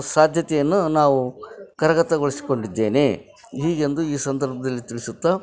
ಸಾಧ್ಯತೆಯನ್ನು ನಾವು ಕರಗತಗೊಳಿಸಿಕೊಂಡಿದ್ದೇನೆ ಹೀಗೆಂದು ಈ ಸಂದರ್ಭದಲ್ಲಿ ತಿಳಿಸುತ್ತಾ